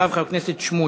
אחריו, חבר הכנסת שמולי.